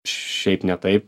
šiaip ne taip